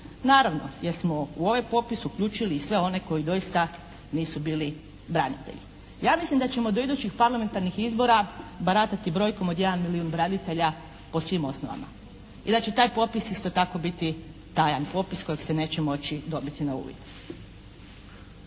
Naravno jer smo u ovaj popis uključili i sve one koji doista nisu bili branitelji. Ja mislim da ćemo do idućih parlamentarnih izbora baratati brojkom od 1 milijun branitelja po svim osnovama. I da će taj popis isto tako biti tajan popis kojeg se neće moći dobiti na uvid.